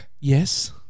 Yes